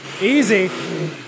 Easy